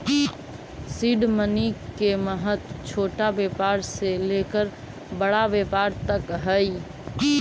seed money के महत्व छोटा व्यापार से लेकर बड़ा व्यापार तक हई